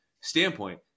standpoint